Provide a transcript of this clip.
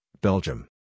Belgium